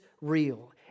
real